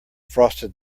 frosted